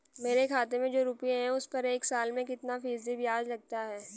मेरे खाते में जो रुपये हैं उस पर एक साल में कितना फ़ीसदी ब्याज लगता है?